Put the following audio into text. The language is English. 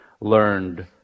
learned